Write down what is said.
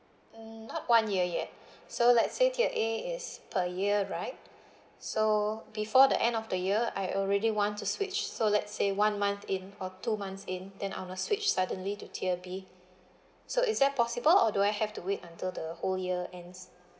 mm not one year yet so let's say tier A is per year right so before the end of the year I already want to switch so let's say one month in or two months in then switch suddenly to tier B so is that possible or do I have to wait until the whole year ends